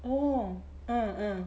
oh